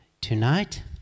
tonight